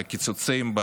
על הקיצוצים,